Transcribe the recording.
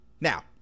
Now